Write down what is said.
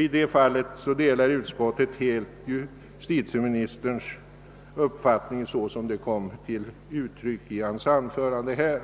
I detta fall delar utskottet helt justititeministerns uppfattning så som den kom till uttryck i hans anförande.